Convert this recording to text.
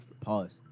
pause